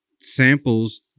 samples